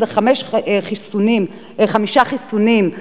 וזה חמישה חיסונים,